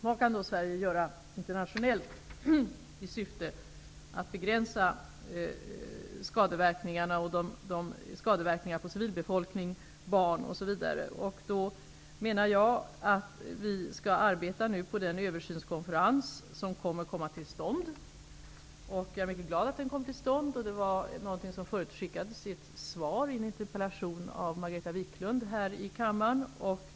Vad kan Sverige göra internationellt i syfte att begränsa skadeverkningarna för civilbefolkning, barn osv.? Jag menar att vi skall arbeta i den översynskonferens som skall komma till stånd. Jag är mycket glad över att den kommer till stånd. Det var något som förutskickades i ett svar på en interpellation av Margareta Viklund här i kammaren.